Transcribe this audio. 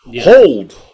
Hold